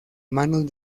manos